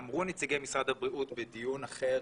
אמרו נציגי משרד הבריאות בדיון אחר